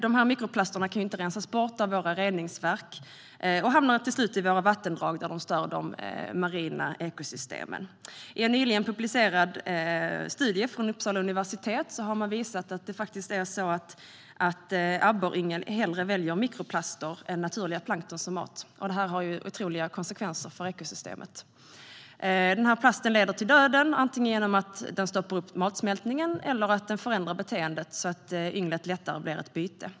Dessa mikroplaster kan inte renas av våra reningsverk och hamnar till slut i våra vattendrag, där de stör de marina ekosystemen. I en nyligen publicerad studie från Uppsala universitet har man visat att abborryngel hellre väljer mikroplaster än naturliga plankton som mat. Detta får stora konsekvenser för ekosystemet. Denna plast leder till döden, antingen genom att den stoppar upp matsmältningen eller genom att den förändrar ynglets beteende, så att ynglet lättare bli ett byte.